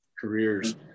careers